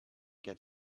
get